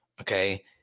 Okay